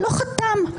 לא חתום,